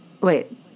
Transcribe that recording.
Wait